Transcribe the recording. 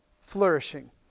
flourishing